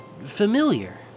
familiar